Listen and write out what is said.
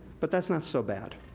but that's not so bad.